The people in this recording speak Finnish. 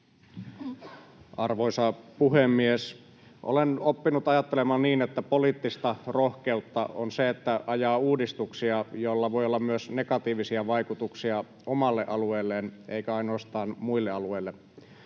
Arvoisa puhemies! Olen oppinut ajattelemaan niin, että poliittista rohkeutta on se, että ajaa uudistuksia, joilla voi olla myös negatiivisia vaikutuksia omalle alueelleen eikä ainoastaan muille alueille.